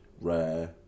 Rare